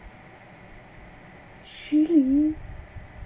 chilli